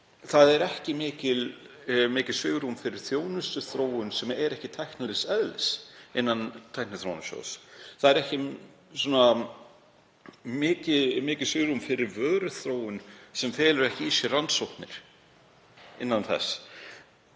það er ekki mikið svigrúm fyrir þjónustuþróun sem er ekki tæknilegs eðlis innan Tækniþróunarsjóðs. Það er ekki mikið svigrúm fyrir vöruþróun sem felur ekki í sér rannsóknir innan þess.